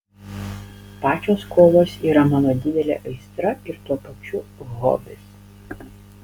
pačios kovos yra mano didelė aistra ir tuo pačiu hobis